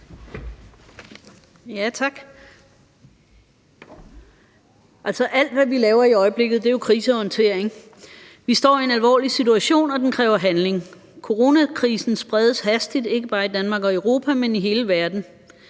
Alt, hvad vi laver i øjeblikket, er jo krisehåndtering. Vi står i en alvorlig situation, og den kræver handling. Coronakrisen spredes hastigt, ikke bare i Danmark og Europa, men i hele verden.